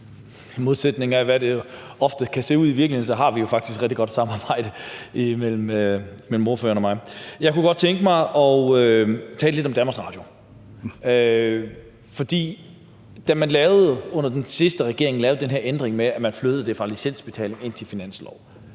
I modsætning til, hvordan det ofte kan se ud i virkeligheden, er der jo faktisk et rigtig godt samarbejde mellem ordføreren og mig. Jeg kunne godt tænke mig at tale lidt om Danmarks Radio. Da man under den sidste regering lavede den her ændring med, at man flyttede det fra licensbetaling og ind på finansloven,